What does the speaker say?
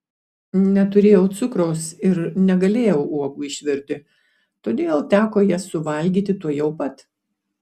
neturėjau cukraus ir negalėjau uogų išvirti todėl teko jas suvalgyti tuojau pat